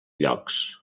llocs